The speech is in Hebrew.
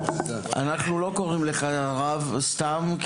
אנחנו לא קוראים לך הרב סתם,